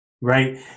right